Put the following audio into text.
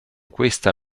questa